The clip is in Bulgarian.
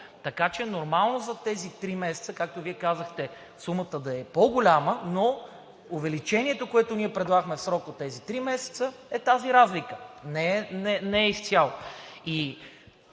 Така че е нормално за тези три месеца, както Вие казахте, сумата да е по-голяма, но увеличението, което ние предлагахме в срок от тези три месеца, е тази разлика. Не е изцяло.